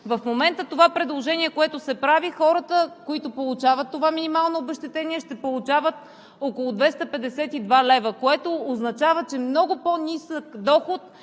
В момента това предложение, което се прави, хората, които получават това минимално обезщетение, ще получават около 252 лв., което означава, че е много по-нисък доход